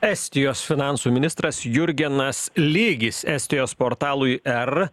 estijos finansų ministras jurgenas lygis estijos portalui er